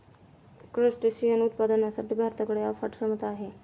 crustacean उत्पादनासाठी भारताकडे अफाट क्षमता आहे